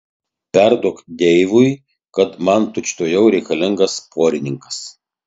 perduok deivui kad man tučtuojau reikalingas porininkas